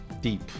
deep